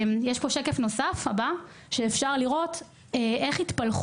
יש פה שקף נוסף שאפשר לראות בוא את פילוח